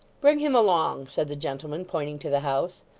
bring him along said the gentleman, pointing to the house.